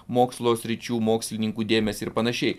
mokslo sričių mokslininkų dėmesį ir panašiai